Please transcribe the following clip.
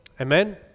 amen